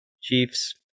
Chiefs